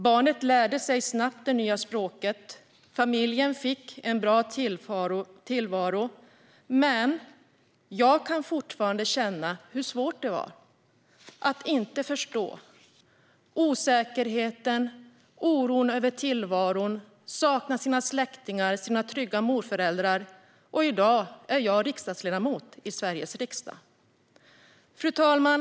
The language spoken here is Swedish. Barnet lärde sig snabbt det nya språket, och familjen fick en bra tillvaro. Men jag kan fortfarande känna hur svårt det var att inte förstå, osäkerheten, oron över tillvaron och saknaden av släktingarna och de trygga morföräldrarna. Och i dag är jag ledamot av Sveriges riksdag. Fru talman!